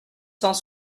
cent